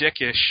dickish